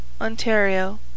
Ontario